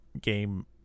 game